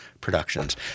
productions